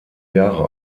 jahre